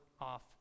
off